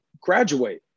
graduate